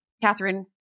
Catherine